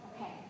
Okay